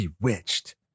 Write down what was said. Bewitched